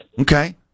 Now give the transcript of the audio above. okay